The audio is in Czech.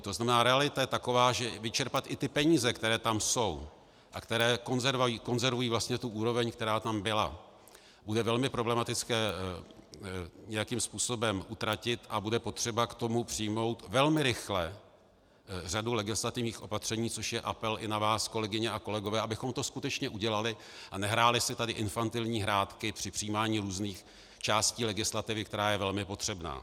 To znamená, realita je taková, že vyčerpat i ty peníze, které tam jsou a které konzervují úroveň, která tam byla, bude velmi problematické nějakým způsobem utratit a bude potřeba k tomu přijmout velmi rychle řadu legislativních opatření, což je apel i na vás, kolegyně a kolegové, abychom to skutečně udělali a nehráli si tady infantilní hrátky při přijímání různých částí legislativy, která je velmi potřebná.